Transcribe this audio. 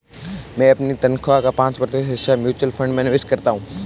मैं अपनी तनख्वाह का पाँच प्रतिशत हिस्सा म्यूचुअल फंड में निवेश करता हूँ